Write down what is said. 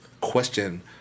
question